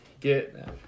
get